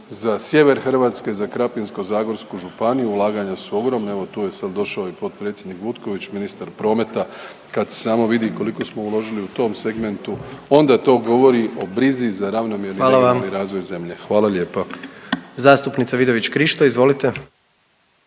za sjever Hrvatske, za Krapinsko-zagorsku županiju, ulaganja su ogromna, evo tu je sad došao i potpredsjednik Butković, ministar prometa, kad se samo vidi koliko smo uložili u tom segmentu, onda to govori o brizi za ravnomjerni … .../Upadica: Hvala vam./... regionalni razvoj zemlje.